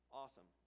awesome